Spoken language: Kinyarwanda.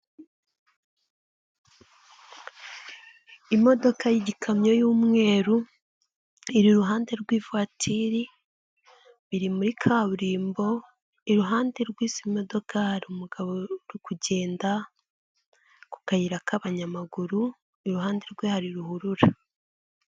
Imodoka y'ikamyo y'umweru, iri iruhande rw'ivatiri, biri muri kaburimbo. Iruhande rw'izi modoka hari umugabo uri kugenda ku kayira k'abanyamaguru, iruhande rwe hari ruhurura.